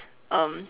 um